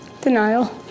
Denial